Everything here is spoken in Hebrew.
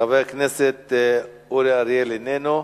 חבר הכנסת אורי אריאל, איננו.